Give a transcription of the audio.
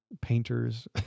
painters